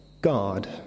God